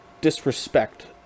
disrespect